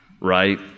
right